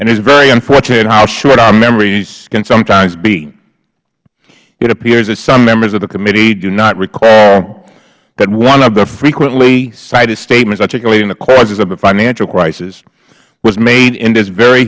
and it is very unfortunate how short our memories can sometimes be it appears that some members of the committee do not recall that one of the frequently cited statements articulating the causes of the financial crisis was made in this very